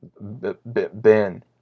Ben